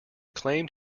claimed